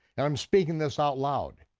and i'm speaking this out loud.